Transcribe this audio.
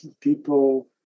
people